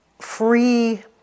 free